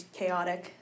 chaotic